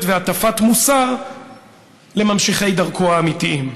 והטפת מוסר לממשיכי דרכו האמיתיים.